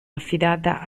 affidata